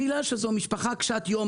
זאת משפחה קשת יום,